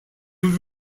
would